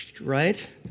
right